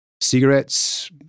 cigarettes